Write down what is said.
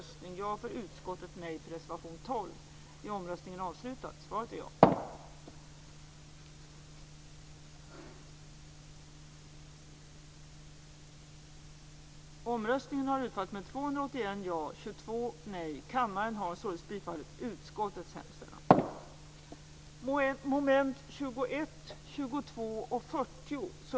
Jag är av den uppfattningen att den regionalpolitiska utredningen inte kan lösa de problem som Sigge Godin tar upp och anser skall lösas av denna utredning. De problem Sigge Godin redogör för kan inte lösas med hjälp av regionalpolitiska stöd.